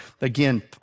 again